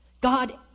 God